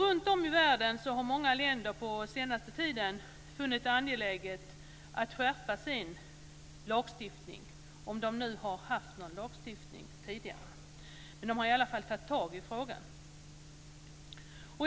Runtom i världen har många länder på senare tid funnit det angeläget att skräpa sin lagstiftning, om de nu har haft någon lagstiftning tidigare. Men de har i alla fall tagit tag i frågan.